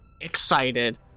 excited